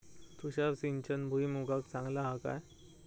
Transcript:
तुषार सिंचन भुईमुगाक चांगला हा काय?